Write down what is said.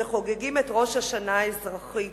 שחוגגים את ראש השנה האזרחית,